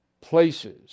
places